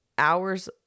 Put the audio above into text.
Hours